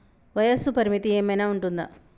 వయస్సు పరిమితి ఏమైనా ఉంటుందా?